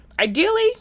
ideally